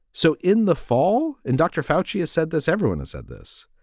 so in the fall in dr. fout, she has said this, everyone is said this.